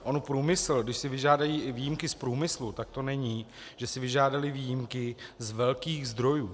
On průmysl, když si vyžádají i výjimky z průmyslu, tak to není, že si vyžádali výjimky z velkých zdrojů.